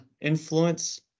influence